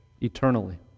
eternally